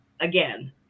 again